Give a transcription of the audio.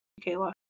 Kayla